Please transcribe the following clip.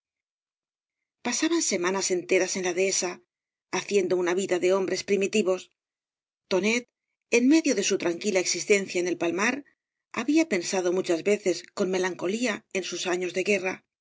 pasaban semanas enteras en la dehesa haciendo una vida de hombres primitivos tonet en medio de su tranquila existencia en el palmar había pensado muchas veces con melancolía en sus años de guerra